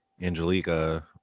Angelica